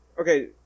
Okay